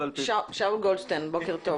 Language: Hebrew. שאול גולדשטיין, בוקר טוב.